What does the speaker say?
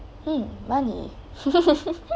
!hey! money